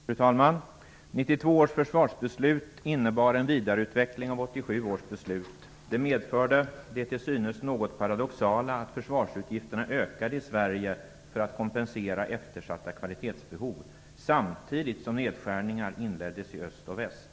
Fru talman! 1992 års försvarsbeslut innebar en vidareutveckling av 1987 års beslut. Det medförde det till synes något paradoxala att försvarsutgifterna ökade i Sverige för att kompensera eftersatta kvalitetsbehov, samtidigt som nedskärningar inleddes i öst och väst.